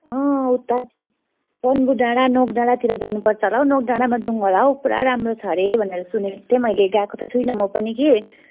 अँ उता पन्बू डाँडा नोक डाँडातिर जानुपर्छ होला हौ नोक डाँडामा जाऔँ होला हौ पुरा राम्रो छ अरे भनेर सुनेको थिएँ मैले गएको त छुइनँ म पनि कि